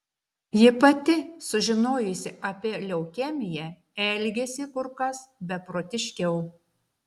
ji pati sužinojusi apie leukemiją elgėsi kur kas beprotiškiau